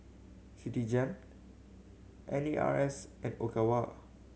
Citigem N A R S and Ogawa